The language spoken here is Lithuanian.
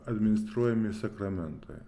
administruojami sakramentai